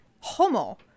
homo